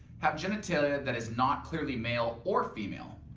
have genitalia that is not clearly male or female.